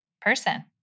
person